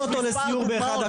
יש מספר דוגמאות,